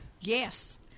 Yes